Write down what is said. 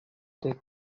tute